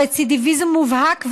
הרצידיביזם מובהק,